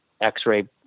x-ray